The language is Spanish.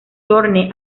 thorne